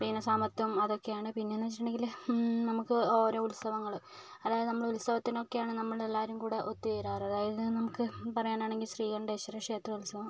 പിന്നെ സമത്വം അതൊക്കെയാണ് പിന്നെന്നുവെച്ചിട്ടുണ്ടെങ്കില് നമുക്ക് ഓരോ ഉത്സവങ്ങള് അതായത് നമ്മള് ഉത്സവത്തിനൊക്കെയാണ് നമ്മളെല്ലാരും കൂടെ ഒത്തുചേരാറ് അതായത് നമുക്ക് പറയാനാണെങ്കിൽ ശ്രീകണ്ഠേശ്വര ക്ഷേത്രോത്സവം